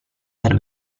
per